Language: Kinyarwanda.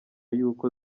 y’uko